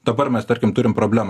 dabar mes tarkim turim problemą